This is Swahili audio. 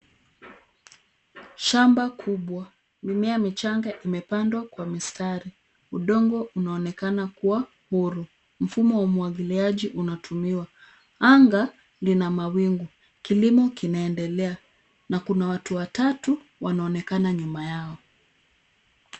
Shamba kubwa. Mimea michanga imepandwa kwa mistari. Udongo unaonekana kuwa huru. Mfumo wa umwagiliaji unatumiwa. Anga lina mawingu. Kilimo kinaendelea na kuna watu watatu wanaonekana nyuma yao.